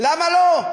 למה לא?